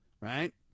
right